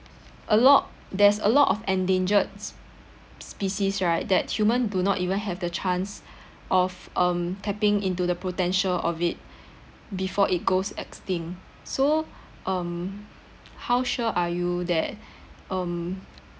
a lot there's a lot of endangered s~ species right that humans do not even have the chance of um tapping into the potential of it before it goes extinct so um how sure are you that um